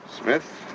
Smith